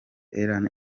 ellen